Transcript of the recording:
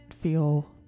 feel